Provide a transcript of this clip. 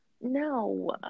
No